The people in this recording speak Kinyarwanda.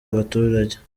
abaturage